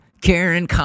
Karen